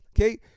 Okay